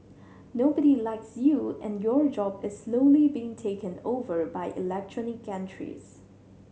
nobody likes you and your job is slowly being taken over by electronic gantries